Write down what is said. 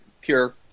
pure